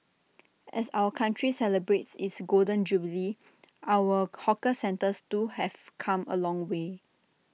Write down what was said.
as our country celebrates its Golden Jubilee our hawker centres too have come A long way